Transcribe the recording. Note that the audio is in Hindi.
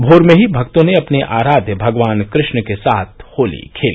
भोर में ही भक्तों ने अपने आराध्य भगवान कृष्ण के साथ होली खेली